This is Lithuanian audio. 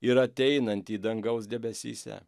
ir ateinantį dangaus debesyse